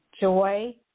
joy